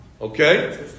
Okay